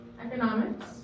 economics